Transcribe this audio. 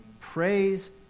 praise